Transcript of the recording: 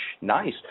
nice